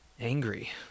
angry